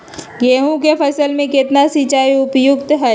गेंहू के फसल में केतना सिंचाई उपयुक्त हाइ?